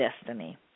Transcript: destiny